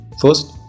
First